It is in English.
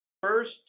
first